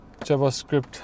JavaScript